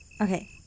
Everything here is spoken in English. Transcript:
Okay